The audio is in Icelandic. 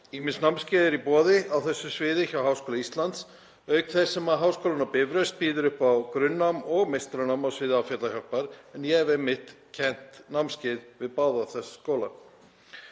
Ýmis námskeið eru í boði á þessu sviði hjá Háskóla Íslands auk þess sem Háskólinn á Bifröst býður upp á grunnnám og meistaranám á sviði áfallahjálpar, en ég hef einmitt kennt námskeið við báða þessa skóla.